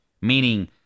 meaning